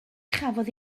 chafodd